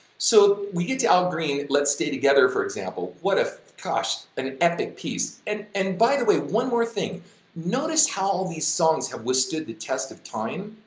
so we get to al green let's stay together, for example, what, ah gosh, an epic piece and and by the way, one more thing notice how all these songs have withstood the test of time,